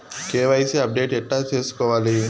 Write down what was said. KYC update ఎట్లా సేసుకోవాలి?